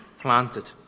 planted